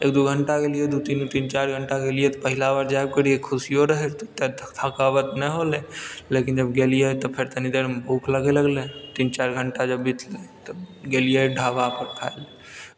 एक दू घंटा गेलियै दू तीन चारि घंटा गेलियै तऽ पहिला बार जाए कऽ खुशियो रहै तऽ थकावट नहि होलै लेकिन जब गेलियै तऽ फेर तनी देरमे भूख लागे लगलै तीन चारि घंटा जब बीतलै तऽ गेलियै ढाबा पर